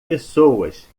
pessoas